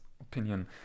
opinion